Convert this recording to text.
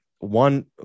One